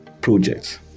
projects